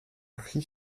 riz